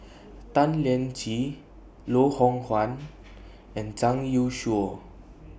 Tan Lian Chye Loh Hoong Kwan and Zhang Youshuo